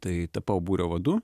tai tapau būrio vadu